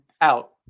out